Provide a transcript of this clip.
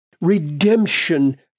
Redemption